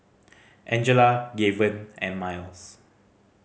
Angela Gaven and Myles